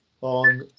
On